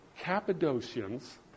Cappadocians